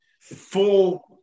full